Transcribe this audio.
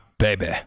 Baby